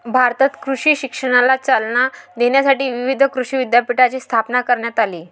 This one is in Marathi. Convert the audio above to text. भारतात कृषी शिक्षणाला चालना देण्यासाठी विविध कृषी विद्यापीठांची स्थापना करण्यात आली